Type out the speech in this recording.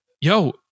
yo